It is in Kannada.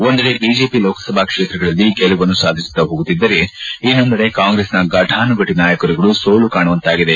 ಒಂದೆಡೆ ಬಿಜೆಪಿ ಲೋಕಸಭಾ ಕ್ಷೇತ್ರಗಳಲ್ಲಿ ಗೆಲುವನ್ನು ಸಾಧಿಸುತ್ತಾ ಹೋಗುತ್ತಿದ್ದರೆ ಇನ್ನೊಂದೆಡೆ ಕಾಂಗ್ರೆಸ್ನ ಫಟಾನುಫಟ ನಾಯಕರುಗಳು ಸೋಲು ಕಾಣುವಂತಾಗಿದೆ